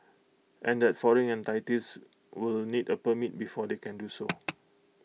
and that foreign entities will need A permit before they can do so